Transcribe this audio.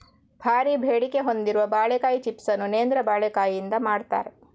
ಭಾರೀ ಬೇಡಿಕೆ ಹೊಂದಿರುವ ಬಾಳೆಕಾಯಿ ಚಿಪ್ಸ್ ಅನ್ನು ನೇಂದ್ರ ಬಾಳೆಕಾಯಿಯಿಂದ ಮಾಡ್ತಾರೆ